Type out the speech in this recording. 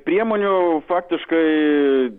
priemonių faktiškai